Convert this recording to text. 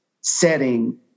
setting